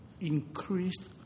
increased